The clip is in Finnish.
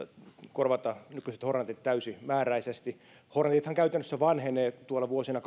korvata nykyiset hornetit täysimääräisesti hornetithan käytännössä vanhenevat vuosina